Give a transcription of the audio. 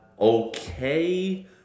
okay